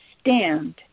stand